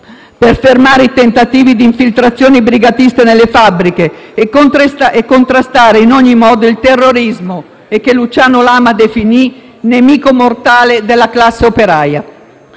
per fermare i tentativi di infiltrazione brigatista nelle fabbriche e contrastare in ogni modo il terrorismo, che Luciano Lama definì nemico mortale della classe operaia.